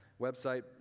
website